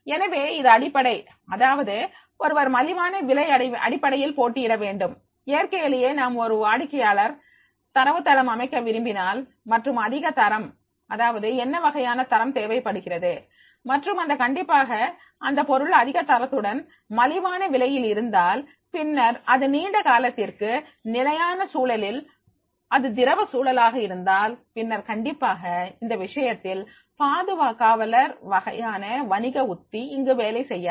எனவே இது அடிப்படை அதாவது ஒருவர் மலிவான விலை அடிப்படையில் போட்டியிட வேண்டும் இயற்கையிலேயே நாம் ஒரு வாடிக்கையாளர் தரவுத்தளம் அமைக்க விரும்பினால் மற்றும் அதிக தரம் அதாவது என்ன வகையான தரம் தேவைப்படுகிறது மற்றும் கண்டிப்பாக அந்தப் பொருள் அதிக தரத்துடன் மலிவான விலையில் இருந்தால் பின்னர் அது நீண்ட காலத்திற்கு நிலையான சூழலில் அது திரவ சூழலாக இருந்தால் பின்னர் கண்டிப்பாக இந்த விஷயத்தில் பாதுகாவலர் வகையான வணிக உத்தி இங்கு வேலை செய்யாது